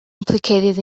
implicated